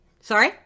Sorry